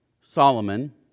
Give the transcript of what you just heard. Solomon